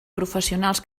professionals